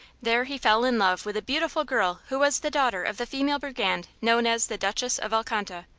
there he fell in love with a beautiful girl who was the daughter of the female brigand known as the duchess of alcanta,